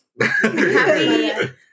Happy